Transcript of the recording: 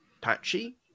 patchy